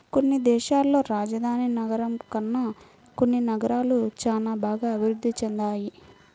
కొన్ని దేశాల్లో రాజధాని నగరం కన్నా కొన్ని నగరాలు చానా బాగా అభిరుద్ధి చెందాయి